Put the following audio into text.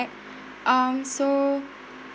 um so